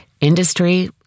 industry